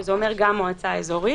שזה אומר גם מועצה אזורית,